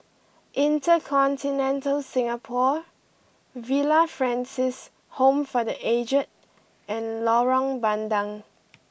InterContinental Singapore Villa Francis Home for the Aged and Lorong Bandang